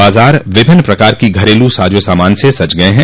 बाजार विभिन्न प्रकार की घरेलू साजो सामान से सज गये हैं